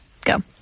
Go